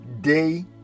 day